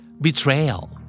Betrayal